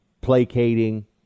placating